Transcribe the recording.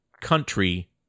country